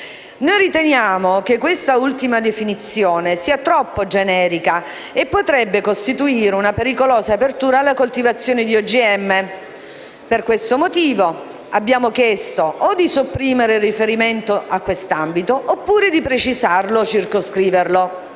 Noi riteniamo che questa ultima definizione sia troppo generica e potrebbe costituire una pericolosa apertura alla coltivazione di OGM. Per questo motivo abbiamo chiesto: o di sopprimere il riferimento a questo ambito oppure di precisarlo o circoscriverlo.